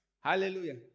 Hallelujah